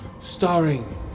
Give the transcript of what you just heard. starring